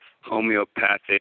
homeopathic